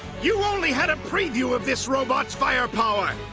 you only had a preview of this robot's fire power.